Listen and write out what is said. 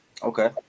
Okay